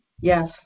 Yes